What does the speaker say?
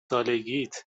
سالگیت